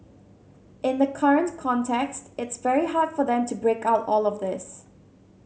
in the current context it's very hard for them to break out all of this